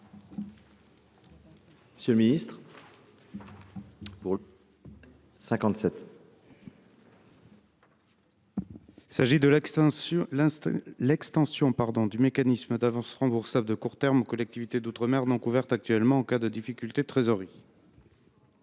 M. le ministre. Il s’agit de l’extension du mécanisme d’avances remboursables de court terme aux collectivités d’outre mer non couvertes actuellement en cas de difficultés de trésorerie.